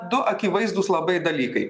du akivaizdūs labai dalykai